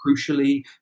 crucially